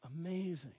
amazing